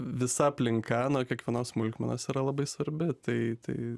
visa aplinka nuo kiekvienos smulkmenos yra labai svarbi tai tai